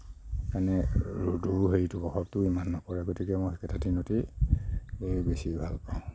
এনেই ৰ'দো হেৰিটো প্ৰভাৱটো ইমান নপৰে গতিকে মই সেইকেইটা দিনতেই বেছি ভালপাওঁ